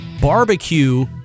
Barbecue